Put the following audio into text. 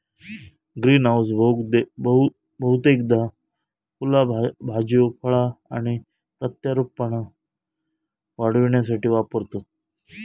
greenhouse बहुतेकदा फुला भाज्यो फळा आणि प्रत्यारोपण वाढविण्यासाठी वापरतत